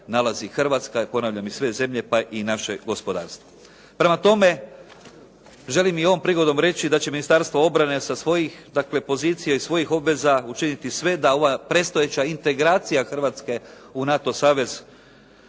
Hrvatska, ponavljam i sve zemlje pa i naše gospodarstvo. Prema tome, želim i ovom prigodom reći da će Ministarstvo obrane sa svojih dakle, pozicija i svojih obveza učiniti sve da ova predstojeća integracija Hrvatske u NATO savez